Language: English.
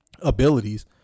abilities